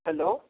hello